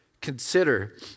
consider